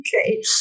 Okay